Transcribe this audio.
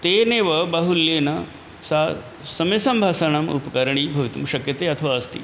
तेनेव बाहुल्येन सा समेषां भाषाणाम् उपकारिणी भवितुं शक्यते अथवा अस्ति